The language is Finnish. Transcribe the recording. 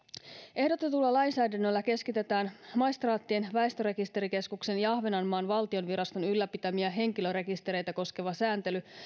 ehdotetulla lainsäädännöllä keskitetään maistraattien väestörekisterikeskuksen ja ahvenanmaan valtionviraston ylläpitämiä henkilörekistereitä koskeva sääntely